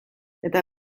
eta